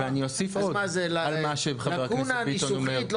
אז מה, זאת לקונה ניסוחית?